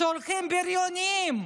שולחים בריונים.